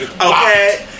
Okay